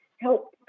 help